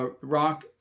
rock